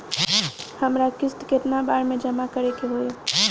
हमरा किस्त केतना बार में जमा करे के होई?